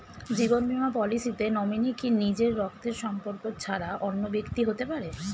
জীবন বীমা পলিসিতে নমিনি কি নিজের রক্তের সম্পর্ক ছাড়া অন্য ব্যক্তি হতে পারে?